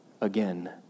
again